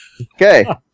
Okay